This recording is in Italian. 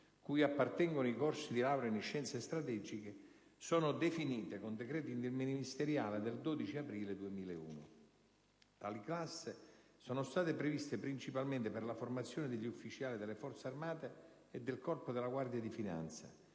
cui appartengono i corsi di laurea in scienze strategiche, sono definite con decreto interministeriale del 12 aprile 2001. Tali classi sono state previste principalmente per la formazione degli ufficiali delle Forze armate e del Corpo della guardia di finanza: